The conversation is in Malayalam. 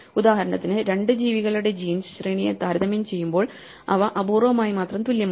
ഉദാഹരണത്തിന് രണ്ട് ജീവികളുടെ ജീൻ ശ്രേണിയെ താരതമ്യം ചെയ്യുമ്പോൾ അവ അപൂർവ്വമായി മാത്രം തുല്യമാണ്